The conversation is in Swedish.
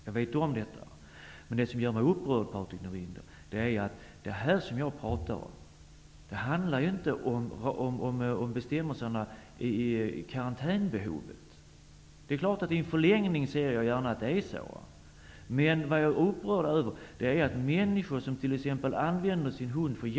Jag vet om det. Det som jag pratar om handlar inte om bestämmelserna för eller behovet av karantän, även om jag gärna ser att det blev så i en förlängning. Jag vet att Patrik Norinder själv är jägare.